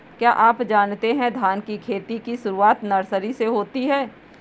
क्या आप जानते है धान की खेती की शुरुआत नर्सरी से होती है?